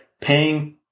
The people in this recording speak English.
paying